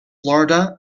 florida